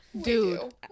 Dude